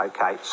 Okay